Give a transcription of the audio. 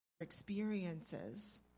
experiences